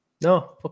No